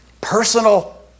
personal